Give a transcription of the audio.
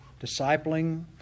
Discipling